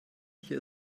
hier